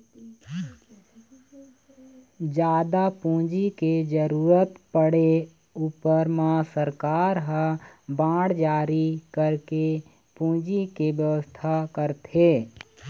जादा पूंजी के जरुरत पड़े ऊपर म सरकार ह बांड जारी करके पूंजी के बेवस्था करथे